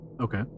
Okay